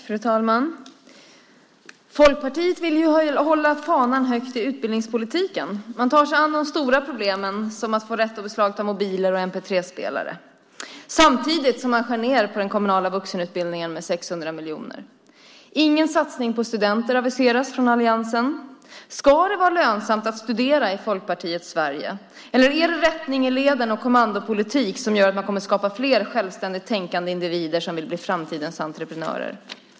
Fru talman! Folkpartiet vill ju hålla fanan högt i utbildningspolitiken. Man tar sig an de stora problemen som att få rätt att beslagta mobiler och mp3-spelare. Samtidigt skär man ned på den kommunala vuxenutbildningen med 600 miljoner. Ingen satsning på studenter aviseras från alliansen. Ska det vara lönsamt att studera i Folkpartiets Sverige, eller är det rättning i leden och kommandopolitik som kommer att skapa fler självständigt tänkande individer som vill bli framtidens entreprenörer?